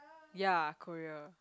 ya Korea